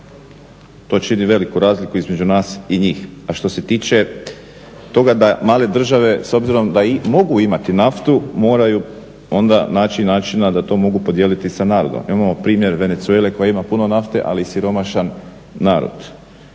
To čini veliku razliku između nas i njih. A što se tiče toga da male države s obzirom da mogu imati naftu moraju onda naći načina da to mogu podijeliti sa narodom. Imamo primjer Venezuele koja ima puno nafte ali siromašan narod.